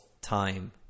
time